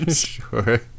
Sure